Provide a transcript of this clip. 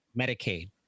Medicaid